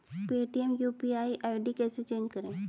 Paytm UPI ID कैसे change करें?